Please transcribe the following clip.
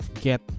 get